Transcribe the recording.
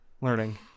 learning